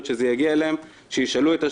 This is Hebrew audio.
שזה יגיע אליהן שהם ישאלו את השאלות.